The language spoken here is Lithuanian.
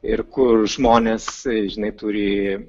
ir kur žmonės žinai turi